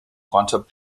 concepts